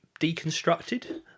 deconstructed